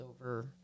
over